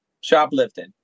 Shoplifting